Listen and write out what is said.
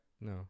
No